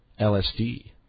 LSD